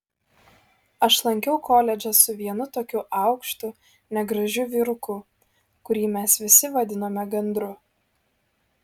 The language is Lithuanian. aš lankiau koledžą su vienu tokiu aukštu negražiu vyruku kurį mes visi vadinome gandru